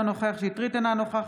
אינו נוכח קטי קטרין שטרית,